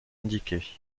indiquée